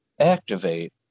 activate